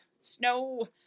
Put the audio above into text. Snow